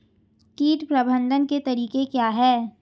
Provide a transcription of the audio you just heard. कीट प्रबंधन के तरीके क्या हैं?